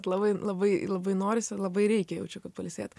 labai labai labai norisi ir labai reikia jaučiu kad pailsėt